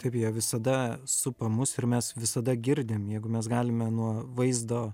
taip jie visada supa mus ir mes visada girdim jeigu mes galime nuo vaizdo